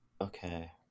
Okay